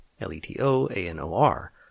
L-E-T-O-A-N-O-R